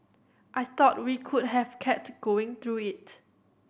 I thought we could have kept going through it